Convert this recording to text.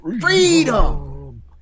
Freedom